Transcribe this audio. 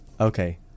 Okay